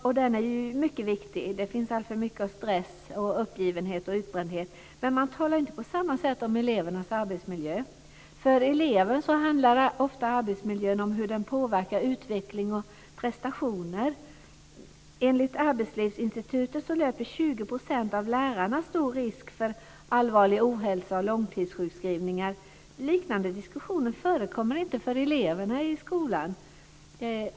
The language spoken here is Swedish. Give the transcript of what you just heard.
Och den är ju mycket viktig - det finns alltför mycket av stress, uppgivenhet och utbrändhet. Men man talar inte på samma sätt om elevernas arbetsmiljö. För eleven handlar ofta arbetsmiljön om hur den påverkar utveckling och prestationer. Enligt Arbetslivsinstitutet löper 20 % av lärarna stor risk för allvarlig ohälsa och långtidssjukskrivningar. Liknande diskussioner förekommer inte när det gäller eleverna i skolan.